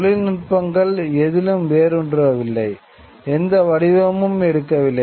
தொழில்நுட்பங்கள் எதிலும் வேரூன்றவில்லை எந்த வடிவமும் எடுக்கவில்லை